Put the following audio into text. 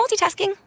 multitasking